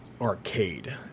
arcade